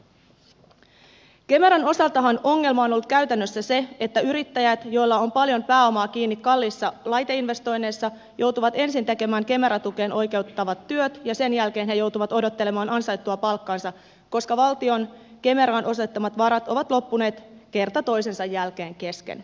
kemeran osaltahan ongelma on ollut käytännössä se että yrittäjät joilla on paljon pääomaa kiinni kalliissa laiteinvestoinneissa joutuvat ensin tekemään kemera tukeen oikeuttavat työt ja sen jälkeen he joutuvat odottelemaan ansaittua palkkaansa koska valtion kemeraan osoittamat varat ovat loppuneet kerta toisensa jälkeen kesken